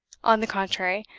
on the contrary,